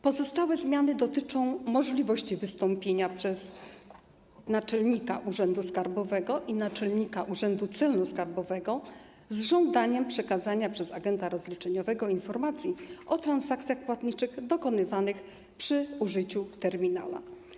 Pozostałe zmiany dotyczą możliwości wystąpienia przez naczelnika urzędu skarbowego i naczelnika urzędu celno-skarbowego z żądaniem przekazania przez agenta rozliczeniowego informacji o transakcjach płatniczych dokonywanych przy użyciu terminala.